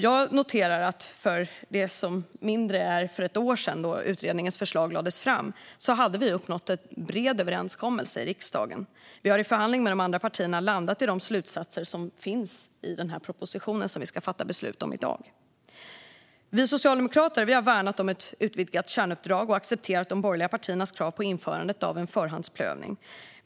Jag noterar att det för mindre än ett år sedan, då utredningens förslag lades fram, hade nåtts en bred överenskommelse i riksdagen. Vi har i förhandling med de andra partierna landat i de slutsatser som finns i den proposition som vi ska fatta beslut om i dag. Vi socialdemokrater har värnat om ett utvidgat kärnuppdrag och accepterat de borgerliga partiernas krav på införandet av en förhandsprövning.